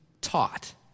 taught